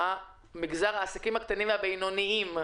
מגזר העסקים הקטנים והבינוניים.